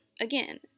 again